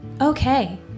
Okay